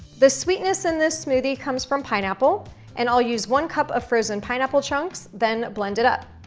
the sweetness in this smoothie comes from pineapple and i'll use one cup of frozen pineapple chunks then blend it up.